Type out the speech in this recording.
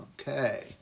Okay